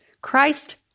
Christ